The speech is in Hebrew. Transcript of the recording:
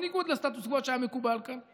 בניגוד לסטטוס קוו שהיה מקובל כאן,